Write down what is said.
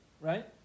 right